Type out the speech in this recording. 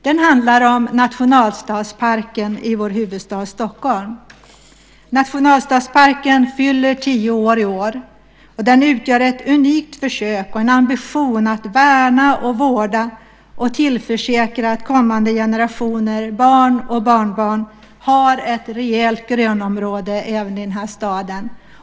Den handlar om nationalstadsparken i vår huvudstad Stockholm. Nationalstadsparken fyller tio år i år. Den utgör ett unikt försök och är uttryck för en ambition att värna, vårda och tillförsäkra att kommande generationer, barn och barnbarn, har ett rejält grönområde även i denna stad.